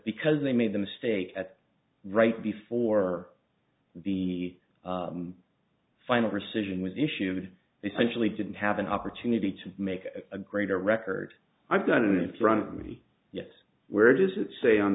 because they made the mistake at right before the final rescission was issued essentially didn't have an opportunity to make a greater record i've done it in front of me yes where does it say on